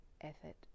effort